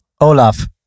Olaf